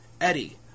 Eddie